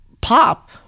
pop